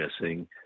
missing